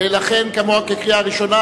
ולכן כמוה כקריאה ראשונה,